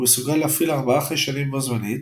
הוא מסוגל להפעיל ארבעה חיישנים בו זמנית.